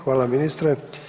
Hvala ministre.